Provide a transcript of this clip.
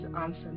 answer